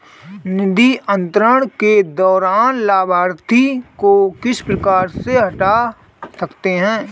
निधि अंतरण के दौरान लाभार्थी को किस प्रकार से हटा सकते हैं?